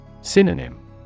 Synonym